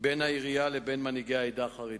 בין העירייה לבין מנהיגי העדה החרדית.